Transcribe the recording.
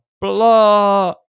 blah